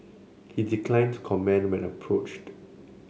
he declined to comment when approached